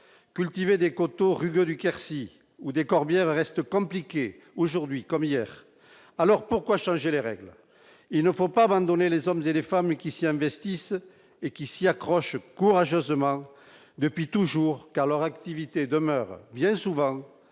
cultiver des Descôteaux rugueux du Quercy, ou des Corbières, reste aujourd'hui comme hier, alors pourquoi changer les règles, il ne faut pas abandonner les hommes et les femmes qui s'y investissent et qui s'y accrochent courageusement depuis toujours car leur activité demeure bien souvent